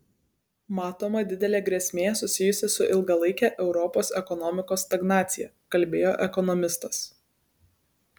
matoma didelė grėsmė susijusi su ilgalaike europos ekonomikos stagnacija kalbėjo ekonomistas